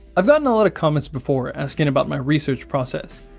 i've gotten a lot comments before asking about my research process.